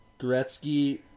Gretzky